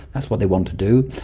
that's what they want to do,